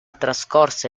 trascorse